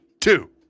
Two